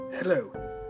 Hello